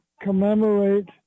commemorate